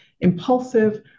impulsive